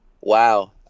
Wow